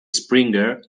springer